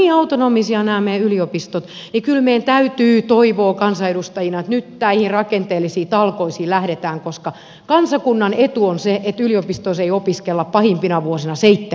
nyt pitää vaikka ovat niin autonomisia nämä meidän yliopistot kyllä meidän toivoa kansanedustajina että nyt näihin rakenteellisiin talkoisiin lähdetään koska kansakunnan etu on se että yliopistoissa ei opiskella pahimpina vuosina seitsemää vuotta